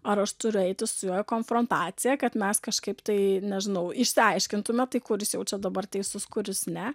ar aš turiu eiti su juo į konfrontaciją kad mes kažkaip tai nežinau išsiaiškintume tai kuris jaučia dabar teisus kuris ne